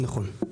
נכון.